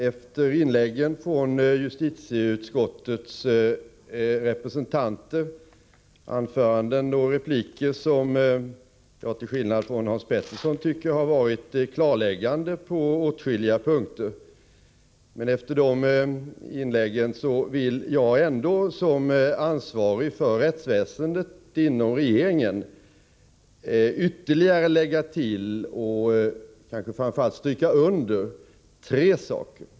Efter inläggen från justitieutskottets representanter — anföranden och repliker som jag till skillnad från Hans Petersson i Röstånga tycker har varit klarläggande på åtskilliga punkter — vill jag ändå som ansvarig inom regeringen för rättsväsendet ytterligare lägga till och kanske framför allt stryka under tre saker.